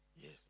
Yes